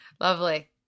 Lovely